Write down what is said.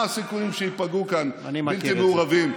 מה הסיכויים שייפגעו כאן בלתי מעורבים.